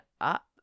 up